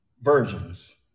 virgins